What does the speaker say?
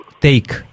take